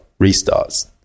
restarts